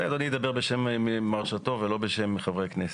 אולי אדוני ידבר בשם מרשתו ולא בשם חברי הכנסת.